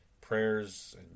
prayers